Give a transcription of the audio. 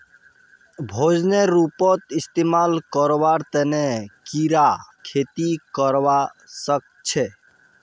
भोजनेर रूपत इस्तमाल करवार तने कीरा खेती करवा सख छे